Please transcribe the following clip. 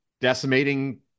decimating